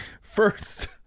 First